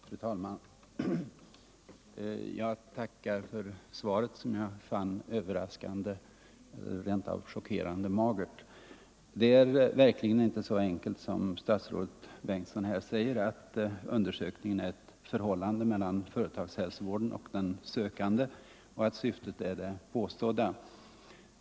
Fru talman! Jag tackar för svaret, som jag fann överraskande, rent av chockerande magert. Det är verkligen inte så enkelt som statsrådet Bengtsson här säger, att undersökningen är en angelägenhet mellan företagshälsovården och den sökande och att syftet är det påstådda.